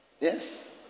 Yes